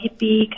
hippie